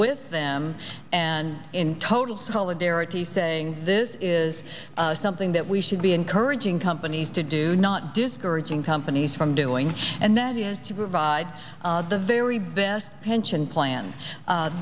with them and in total solidarity saying this is something that we should be encouraging companies to do not discouraging companies from doing and that is to provide the very best pension plans